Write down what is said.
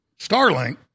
Starlink